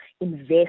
invest